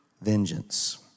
vengeance